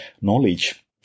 knowledge